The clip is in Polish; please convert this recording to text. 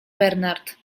bernard